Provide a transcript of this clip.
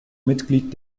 mitglied